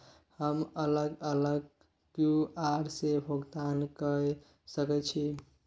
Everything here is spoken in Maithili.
हम अलग अलग क्यू.आर से भुगतान कय सके छि?